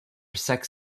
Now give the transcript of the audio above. sex